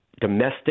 Domestic